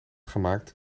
gemaakt